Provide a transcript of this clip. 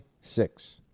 six